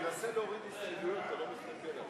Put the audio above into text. שם החוק, כהצעת הוועדה,